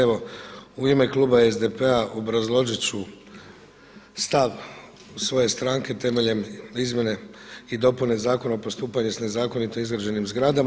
Evo u ime Kluba SDP-a obrazložit ću stav svoje stranke temeljem izmjene i dopune Zakona o postupanju s nezakonito izgrađenim zgradama.